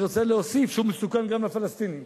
אני רוצה להוסיף שהוא מסוכן גם לפלסטינים.